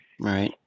Right